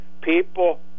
people